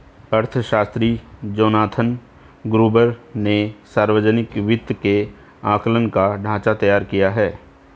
अर्थशास्त्री Jonathan Gruber ने सावर्जनिक वित्त के आंकलन का ढाँचा तैयार किया है